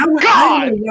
god